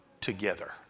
together